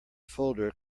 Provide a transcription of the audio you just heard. folder